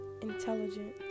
intelligent